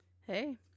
hey